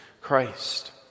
Christ